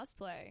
cosplay